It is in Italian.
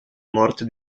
morte